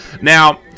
Now